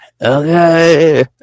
okay